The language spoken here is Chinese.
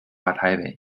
台北